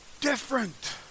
Different